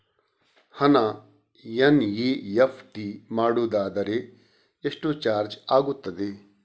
ಹಣ ಎನ್.ಇ.ಎಫ್.ಟಿ ಮಾಡುವುದಾದರೆ ಎಷ್ಟು ಚಾರ್ಜ್ ಆಗುತ್ತದೆ?